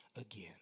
again